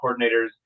coordinators